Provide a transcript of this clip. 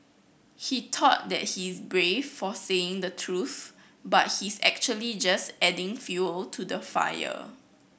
he thought that he's brave for saying the truth but he's actually just adding fuel to the fire